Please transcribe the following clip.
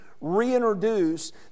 reintroduce